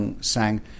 sang